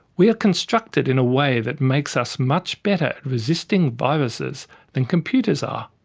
we are constructed in a way that makes us much better at resisting viruses than computers are.